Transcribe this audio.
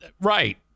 right